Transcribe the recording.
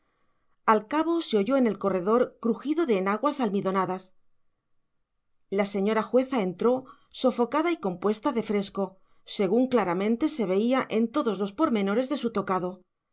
al cabo se oyó en el corredor crujido de enaguas almidonadas la señora jueza entró sofocada y compuesta de fresco según claramente se veía en todos los pormenores de su tocado